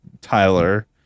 Tyler